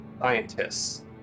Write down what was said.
scientists